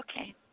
Okay